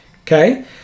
Okay